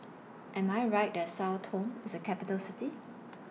Am I Right that Sao Tome IS A Capital City